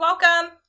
Welcome